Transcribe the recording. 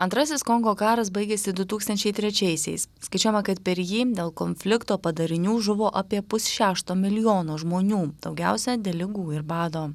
antrasis kongo karas baigėsi du tūkstančiai trečiaisiais skaičiuojama kad per jį dėl konflikto padarinių žuvo apie pusšešto milijono žmonių daugiausia dėl ligų ir bado